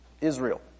Israel